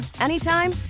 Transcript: anytime